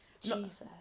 Jesus